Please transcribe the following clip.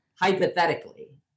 hypothetically